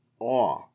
awe